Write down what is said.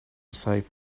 save